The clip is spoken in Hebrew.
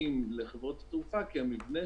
במענקים לחברות התעופה, כי המבנה